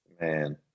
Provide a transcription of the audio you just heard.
Man